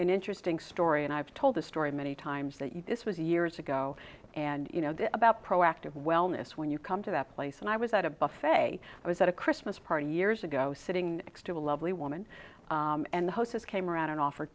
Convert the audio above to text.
an interesting story and i've told a story many times that you this was years ago and you know about proactive wellness when you come to that place and i was at a buffet i was at a christmas party years ago sitting next to a lovely woman and the hostess came around and offer